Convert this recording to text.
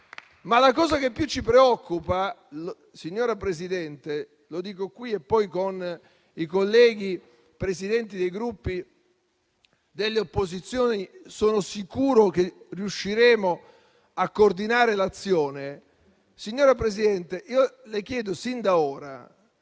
una cosa che però ci preoccupa di più. Signora Presidente, lo dico qui e poi con i colleghi Presidenti dei Gruppi di opposizione sono sicuro che riusciremo a coordinare l'azione. Signora Presidente, io le chiedo sin da ora